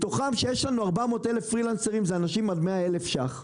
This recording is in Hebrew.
מתוכם, יש 400 אלף פרילנסרים עד 100 אלף שקלים.